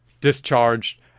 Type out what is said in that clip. discharged